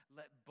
Let